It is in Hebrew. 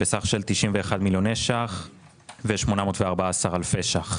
בסך של 91,814,000 ש"ח.